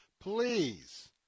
please